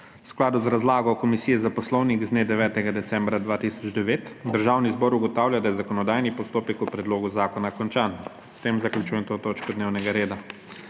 V skladu z razlago Komisije za poslovnik z dne 9. decembra 2009 Državni zbor ugotavlja, da je zakonodajni postopek o predlogu zakona končan. S tem zaključujem to točko dnevnega reda.